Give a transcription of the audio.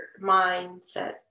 mindset